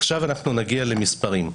עכשיו אנחנו נגיע למספרים.